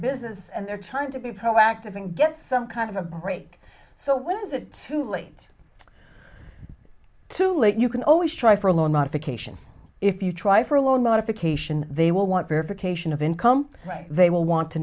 business and they're trying to be proactive and get some kind of a break so when is it too late too late you can always try for a loan modification if you try for a loan modification they will want verification of income they will want to